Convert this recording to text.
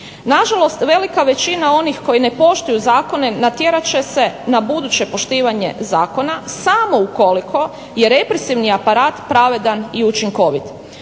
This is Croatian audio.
Nažalost, velika većina onih koji ne poštuju zakone natjerat će se na buduće poštivanje zakona samo ukoliko je represivni aparat pravedan i učinkovit.